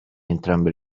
entrambe